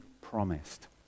promised